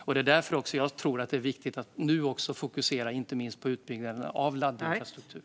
Det är också därför jag tror att det är viktigt att nu fokusera på inte minst utbyggnaden av laddinfrastruktur.